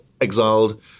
exiled